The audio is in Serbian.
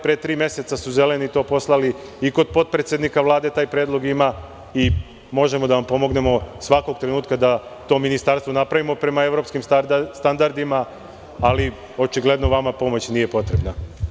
Pre tri meseca su „zeleni“ to poslali i kod potpredsednika Vlade i možemo da vam pomognemo svakog trenutka da to ministarstvo napravimo prema evropskim standardima, ali očigledno vama pomoć nije potrebna.